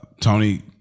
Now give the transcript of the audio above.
Tony